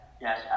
Yes